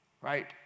Right